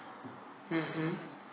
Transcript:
mmhmm